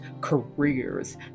careers